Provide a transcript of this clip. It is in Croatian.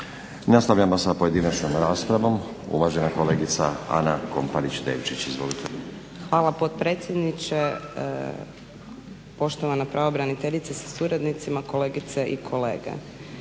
Nastavljamo sa pojedinačnom raspravom. Uvažena kolegica Ana Komparić Devčić. Izvolite. **Komparić Devčić, Ana (SDP)** Hvala potpredsjedniče, poštovana pravobraniteljice sa suradnicima, kolegice i kolege.